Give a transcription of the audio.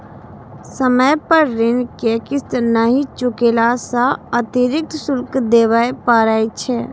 समय पर ऋण के किस्त नहि चुकेला सं अतिरिक्त शुल्क देबय पड़ै छै